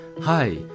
Hi